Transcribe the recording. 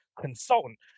consultant